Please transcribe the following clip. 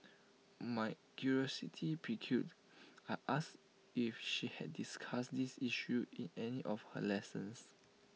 my curiosity piqued I asked if she had discussed this issue in any of her lessons